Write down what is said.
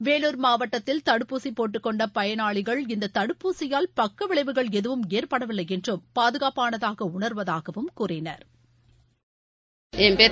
வேலூர் மாவட்டத்தில் தடுப்பூசி போட்டுக்கொண்ட பயனாளிகள் இந்த தடுப்பூசியால் பக்கவிளைவுகள் எதுவும் ஏற்படவில்லை என்றும் பாதுகாப்பானதாக உணர்வதாகவும் கூறினர்